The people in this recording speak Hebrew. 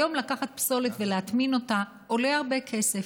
היום, לקחת פסולת ולהטמין אותה עולה הרבה כסף.